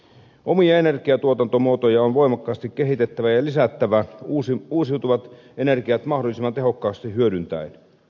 omia energiatuotantomuotoja on voimakkaasti kehitettävä ja lisättävä uusiutuvat energiat mahdollisimman tehokkaasti hyödyntäen